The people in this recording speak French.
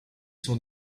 sont